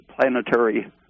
planetary